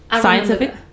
Scientific